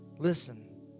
Listen